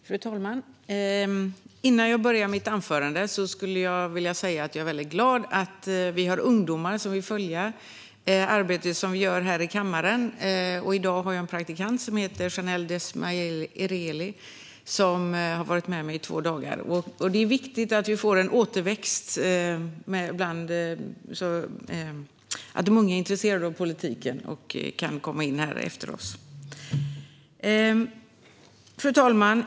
Fru talman! Innan jag börjar mitt anförande vill jag säga att jag är väldigt glad att vi har ungdomar som vill följa arbetet som vi gör här i kammaren. Jag har en praktikant som heter Shanelle Esmaeili och som har varit med mig i två dagar. Det är viktigt för återväxten att de unga är intresserade av politiken så att de kan komma in efter oss. Fru talman!